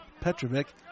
Petrovic